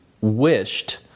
wished